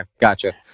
gotcha